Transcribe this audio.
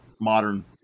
modern